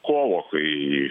kovo kai